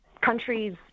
Countries